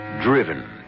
driven